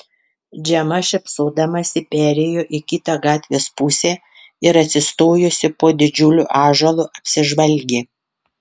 džema šypsodamasi perėjo į kitą gatvės pusę ir atsistojusi po didžiuliu ąžuolu apsižvalgė